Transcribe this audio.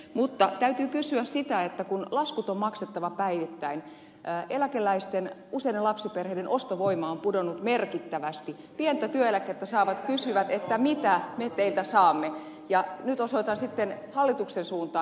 mutta kun laskut on maksettava päivittäin eläkeläisten ja useiden lapsiperheiden ostovoima on pudonnut merkittävästi ja pientä työeläkettä saavat kysyvät mitä me teiltä saamme niin nyt osoitan sitten kysymyksen hallituksen suuntaan